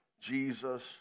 Jesus